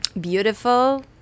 beautiful